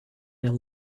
their